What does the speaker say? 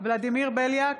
ולדימיר בליאק,